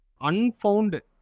unfounded